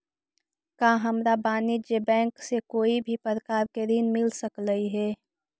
का हमरा वाणिज्य बैंक से कोई भी प्रकार के ऋण मिल सकलई हे?